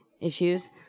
issues